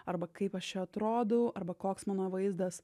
arba kaip aš čia atrodau arba koks mano vaizdas